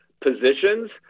positions